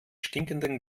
stinkenden